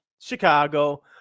Chicago